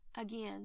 again